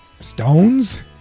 Stones